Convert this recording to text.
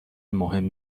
مهم